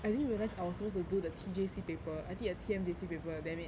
I didn't realize I was suppose to do the T_J_C paper I did a T_M_J_C paper damn it